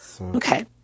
Okay